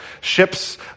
Ships